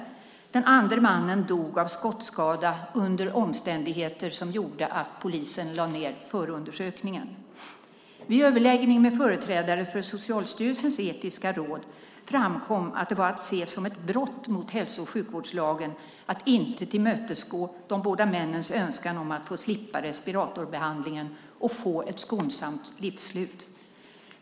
Den andre mannen dog av skottskada under omständigheter som gjorde att polisen lade ned förundersökningen. Vid överläggningen med företrädare för Socialstyrelsens etiska råd framkom att det var att se som ett brott mot hälso och sjukvårdslagen att inte tillmötesgå de båda männens önskan om att få slippa respiratorbehandlingen och få ett skonsamt livsslut.